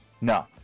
no